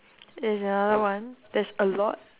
there's another one there's a lot